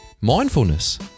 mindfulness